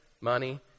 Money